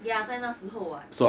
ya 在那时候 what